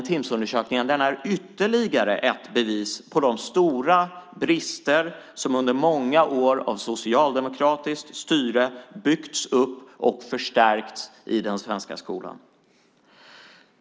Timssundersökningen är ytterligare ett bevis på de stora brister som under många år av socialdemokratiskt styre byggts upp och förstärkts i den svenska skolan.